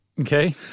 Okay